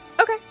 Okay